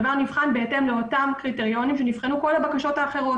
הדבר נבחן בהתאם לאותם קריטריונים שנבחנו כל הבקשות האחרות.